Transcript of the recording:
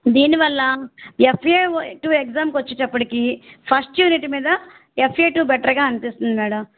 దీనివల్ల FA two exam వచ్చేటప్పటికి first unit మీద ఎఫ్ఏ టూ బెటర్గా అనిపిస్తుంది మేడం